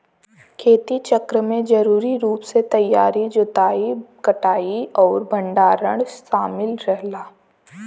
खेती चक्र में जरूरी रूप से तैयारी जोताई कटाई और भंडारण शामिल रहला